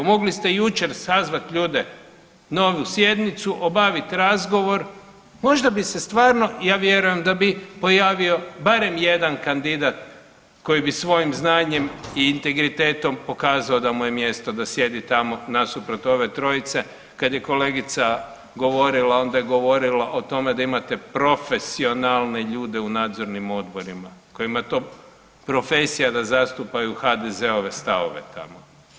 Mogli ste jučer sazvati ljude, novu sjednicu, obaviti razgovor, možda bi se stvarno, ja vjerujem da bi, pojavio barem jedan kandidat koji bi svojim znanjem i integritetom pokazao da mu je mjesto da sjedi tamo nasuprot ove trojice kad je kolegica govorila, onda je govorila o tome da imate profesionalne ljude u nadzornim odborima kojima je to profesija da zastupaju HDZ-ove stavove tamo.